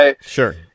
Sure